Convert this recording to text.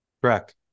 Correct